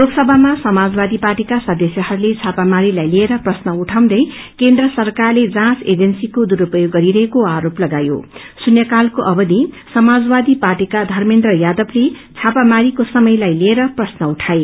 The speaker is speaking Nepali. लोकसभामा सामाजवादी पार्टीका सदस्यहरूले छापालाई लिएर प्रश्न उठाउँदै केन्द्र सरकारले जाँच एजेन्सीको दुरूप्योग गरिरहेको आरोप लगायो शुन्याकालको अवधि समाजवादी पार्टीका धमेन्द्र यादवले छापामारीको समयलाई लिएर प्रश्न राखे